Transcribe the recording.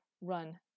Run